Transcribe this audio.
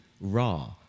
raw